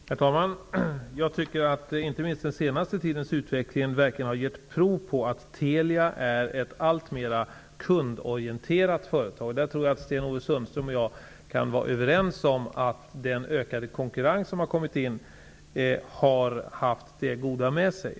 Herr talman! Jag tycker att inte minst den senaste tidens utveckling verkligen har gett prov på att Telia är ett alltmer kundorienterat företag. Jag tror att Sten-Ove Sundström och jag kan vara överens om att den ökade konkurrensen har haft det goda med sig.